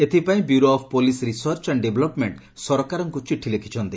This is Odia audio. ଏଥିପାଇଁ Bureau of Police Research and Development ସରକାରଙ୍କୁ ଚିଠି ଲେଖିଛି